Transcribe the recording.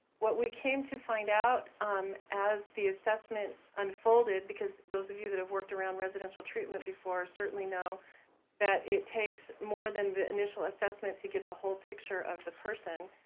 what we came to find out um as the assessment unfolded, because those of you that have worked around residential treatment before certainly know that it takes more than the initial assessment to get the whole picture of the person.